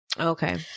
Okay